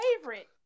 favorite